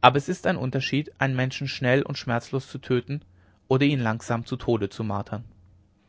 aber es ist ein unterschied einen menschen schnell und schmerzlos zu töten oder ihn langsam zu tode zu martern